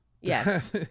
yes